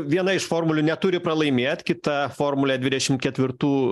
viena iš formulių neturi pralaimėt kita formulė dvidešimt ketvirtų